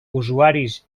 usuaris